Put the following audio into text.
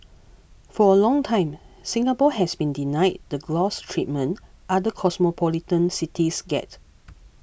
for a long time Singapore has been denied the gloss treatment other cosmopolitan cities get